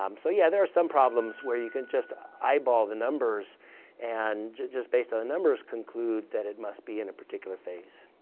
um so, yeah, there are some problems where you can just eyeball the numbers and, just based on the numbers, conclude that it must be in a particular phase.